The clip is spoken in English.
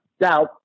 Now